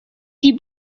die